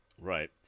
Right